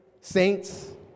saints